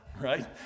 Right